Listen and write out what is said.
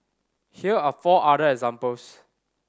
here are four other examples